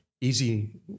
easy